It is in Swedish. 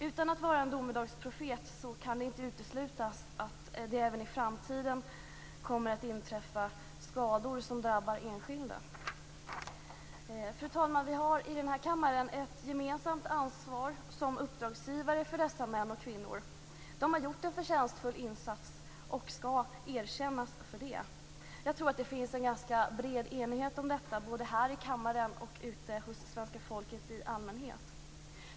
Utan att vara en domedagsprofet kan jag inte utesluta att det även i framtiden kommer att inträffa skador som drabbar enskilda. Fru talman! Vi har i den här kammaren ett gemensamt ansvar som uppdragsgivare för dessa män och kvinnor. De har gjort en förtjänstfull insats och skall få ett erkännande för det. Jag tror att det finns en ganska bred enighet om detta, både här i kammaren och ute hos svenska folket i allmänhet.